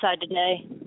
today